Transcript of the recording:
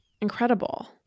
incredible